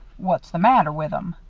what's the matter with em?